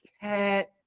Cat